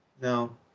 no